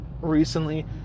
recently